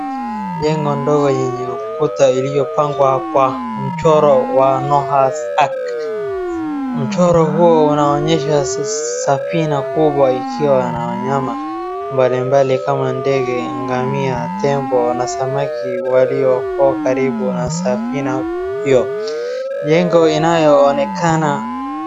Jengo ndogo yenye ukuta iliopangwa kwa mchoro wa [cs,]Nohat Art . Mchoro huyo ,unaonyesha safina kubwa ikiwa na wanyama mbalimbali kama ndege, ngamia, tembo na samaki waliokuwa karibu wanasafina hiyo. Jengo inaonekana.